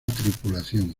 tripulación